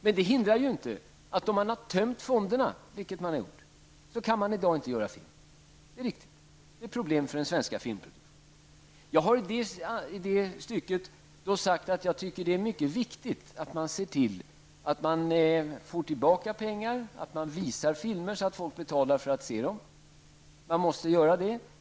Men det hindrar inte att man om man har tömt fonderna, vilket man har gjort, inte kan göra en film i dag. Det är riktigt. Det är problem för den svenska filmproduktionen. Jag tycker att det är mycket viktigt att man ser till att man får tillbaka pengar, visar filmer så att folk betalar för att se dem. Det måste man göra.